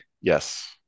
Yes